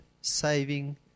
saving